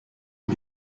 and